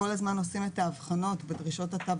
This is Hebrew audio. כל הזמן עושים את ההבחנות בדרישות התו